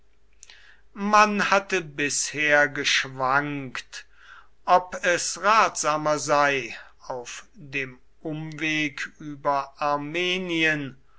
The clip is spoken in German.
man hatte bisher geschwankt ob es ratsamer sei auf dem umweg über armenien